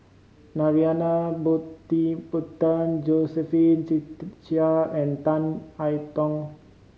Narana Putumaippittan Josephine Chia and Tan I Tong